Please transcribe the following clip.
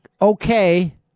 okay